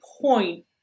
point